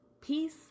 Peace